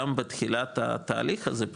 גם בתחילת התהליך הזה,